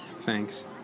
Thanks